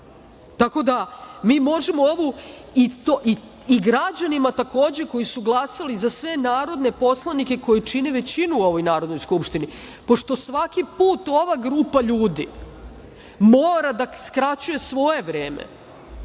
Narodne skupštine. I građanima takođe koji su glasali za sve narodne poslanike koji čine većinu u ovoj Narodnoj skupštini. Pošto svaki put ova grupa ljudi mora da skraćuje svoje vreme,